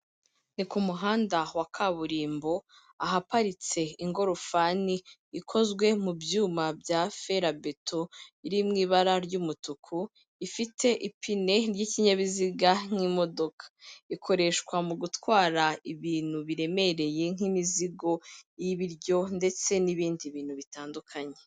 Ni ku muhanda wa kaburimbo ahaparitse ingorofani ikozwe mu byuma bya ferabeto iri mu ibara ry'umutuku, ifite ipine ry'ikinyabiziga nk'imodoka, ikoreshwa mu gutwara ibintu biremereye nk'imizigo y'ibiryo ndetse n'ibindi bintu bitandukanye.